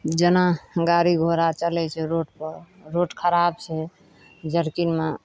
जेना गाड़ी घोड़ा चलै छै रोड पर रोड खराब छै जर्किङ्गमे